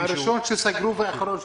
הראשון שנסגר והאחרון שייפתח.